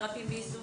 מרפאים בעיסוק,